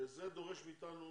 וזה דורש מאתנו